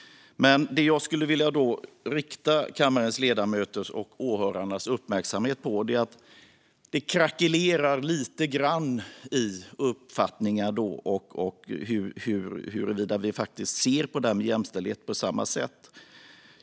Det jag skulle vilja rikta kammarens ledamöters och åhörarnas uppmärksamhet på är att det krackelerar lite grann när det gäller uppfattningar och huruvida vi faktiskt ser på det här med jämställdhet på samma sätt.